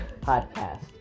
podcast